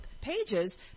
pages